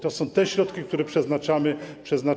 To są te środki, które przeznaczamy na.